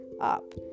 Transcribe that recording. up